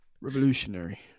Revolutionary